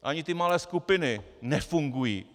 Ani ty malé skupiny nefungují.